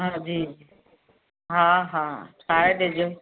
हा जी हा हा ठाहे ॾिजो